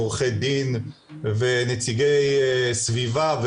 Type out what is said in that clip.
עורכי-דין ונציגי סביבה,